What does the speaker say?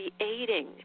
creating